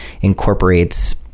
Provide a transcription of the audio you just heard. incorporates